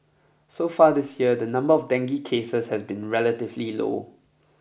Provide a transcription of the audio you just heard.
so far this year the number of dengue cases has been relatively low